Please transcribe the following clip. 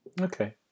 Okay